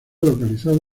localizado